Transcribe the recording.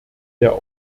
der